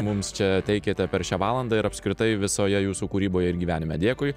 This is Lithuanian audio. mums čia teikėte per šią valandą ir apskritai visoje jūsų kūryboje ir gyvenime dėkui